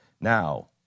Now